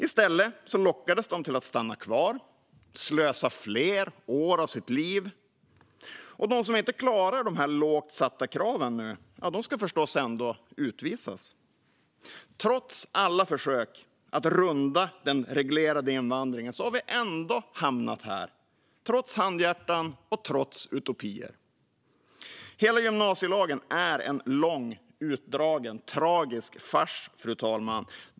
I stället lockades de att stanna kvar och slösa fler år av sitt liv, och de som nu inte klarar dessa lågt ställda krav ska förstås ändå utvisas. Trots alla försök att runda den reglerade invandringen har vi ändå hamnat här - trots handhjärtan och trots utopier. Hela gymnasielagen är en lång, utdragen, tragisk fars, fru talman.